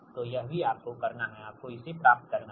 तो यह भी आपको करना है आपको इसे प्राप्त करना है